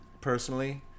personally